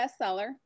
bestseller